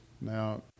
Now